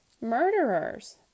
murderers